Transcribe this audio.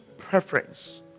preference